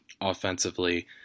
offensively